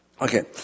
Okay